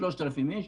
3,000 איש,